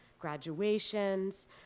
graduations